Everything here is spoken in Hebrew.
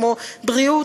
כמו בריאות,